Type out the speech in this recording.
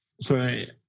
Sorry